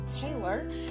Taylor